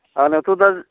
आंनोथ' दा